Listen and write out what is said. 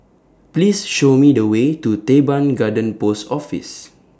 Please Show Me The Way to Teban Garden Post Office